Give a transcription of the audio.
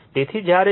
તેથી જ્યારે 0